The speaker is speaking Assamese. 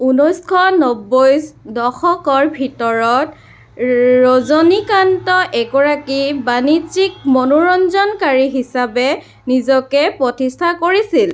ঊনৈছশ নব্বৈ দশকৰ ভিতৰত ৰজনীকান্ত এগৰাকী বাণিজ্যিক মনোৰঞ্জনকাৰী হিচাপে নিজকে প্ৰতিষ্ঠা কৰিছিল